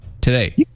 today